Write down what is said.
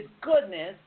goodness